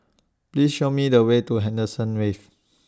Please Show Me The Way to Henderson Wave